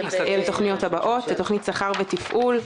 אל התוכניות הבאות: תוכנית שכר ותפעול,